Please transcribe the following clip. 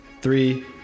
three